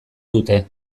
dute